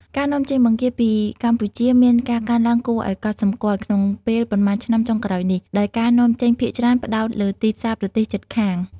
ការនាំចេញបង្គាពីកម្ពុជាមានការកើនឡើងគួរឲ្យកត់សម្គាល់ក្នុងពេលប៉ុន្មានឆ្នាំចុងក្រោយនេះ ដោយការនាំចេញភាគច្រើនផ្តោតលើទីផ្សារប្រទេសជិតខាង។